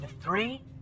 three